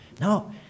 Now